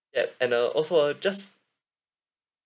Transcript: yup and uh also uh just